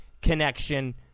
connection